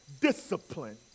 discipline